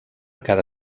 cada